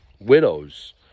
widows